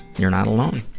you're not alone.